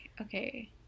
okay